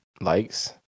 likes